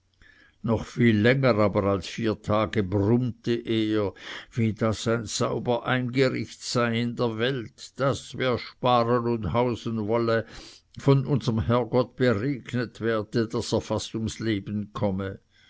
noch viel länger aber als vier tage brummte er wie das ein sauber eingericht sei in der welt daß wer sparen und hausen wolle von unserm herrgott beregnet werde daß er fast ums leben komme